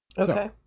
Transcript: Okay